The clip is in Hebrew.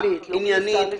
עניינית,